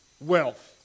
wealth